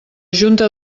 junta